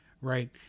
Right